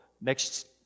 next